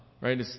right